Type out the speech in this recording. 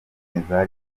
telefone